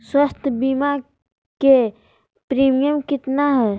स्वास्थ बीमा के प्रिमियम कितना है?